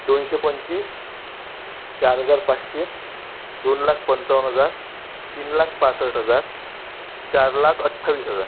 दोनशे पंचवीस चार हजार पाचशे दोन लाख पंचावन्न हजार तीन लाख पासष्ट हजार चार लाख अठ्ठावीस हजार